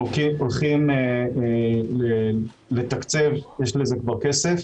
אנחנו הולכים לתקצב יש לזה כבר כסף,